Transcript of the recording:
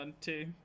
two